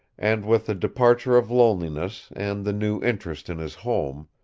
and with the departure of loneliness and the new interest in his home,